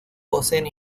poseen